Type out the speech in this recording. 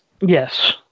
Yes